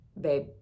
Babe